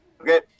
Okay